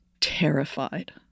terrified